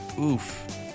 oof